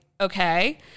Okay